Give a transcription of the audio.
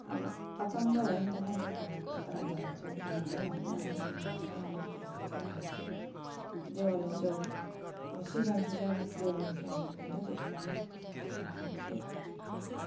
अब अचम्म हो नि त नि त्यो घरभित्र झरी च्याउ पलाउँदै गर्ने अब त्यो झरी च्याउको पनि फोटो खिचेर राखेको छ देवाली च्याउको अनि सिजन सिजनमा देवाली च्याउ निस्कँदा त्यसको पनि फोटो खिचेर राखेको छु